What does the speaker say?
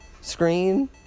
Screen